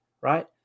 right